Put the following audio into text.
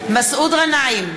מסעוד גנאים,